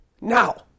Now